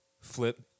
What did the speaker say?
flip